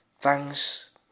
thanks